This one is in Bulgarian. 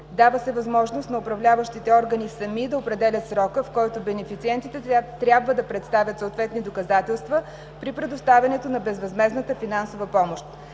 Дава се възможност на управляващите органи сами да определят срока, в който бенефициентите трябва да представят съответните доказателства при предоставянето на безвъзмездната финансова помощ.